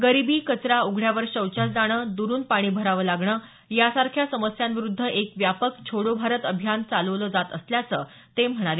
गरीबी कचरा उघड्यावर शौचास जाणं द्रुन पाणी भरावं लागणं यासारख्या समस्यांविरुद्ध एक व्यापक छोडो भारत अभियान चालवलं जात असल्याचं ते म्हणाले